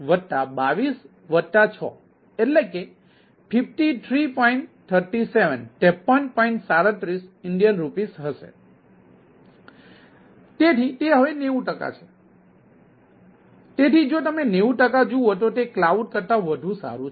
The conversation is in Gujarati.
તેથી તે હવે 90 ટકા છેતેથી તે હવે 90 ટકા છે તેથી જો તમે 90 ટકા જુઓ તો તે કલાઉડ કરતા વધુ સારું છે